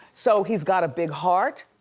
so he's got a big heart,